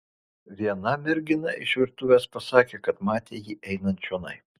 viena mergina iš virtuvės pasakė kad matė jį einant čionai